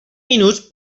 minuts